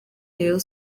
rayon